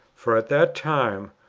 for at that time,